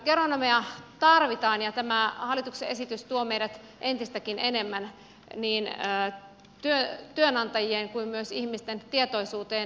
geronomeja tarvitaan ja tämä hallituksen esitys tuo meidät entistäkin enemmän niin työnantajien kuin myös ihmisten tietoisuuteen